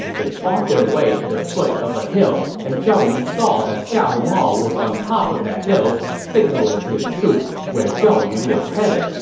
they fought their way to the foot of a hill, and zhao yun saw that xiahou mao was on top of that hill, signaling to his troops where zhao yun was headed,